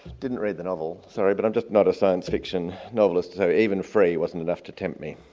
didn't read the novel, sorry, but i'm just not a science fiction novelist, so even free it wasn't enough to tempt me.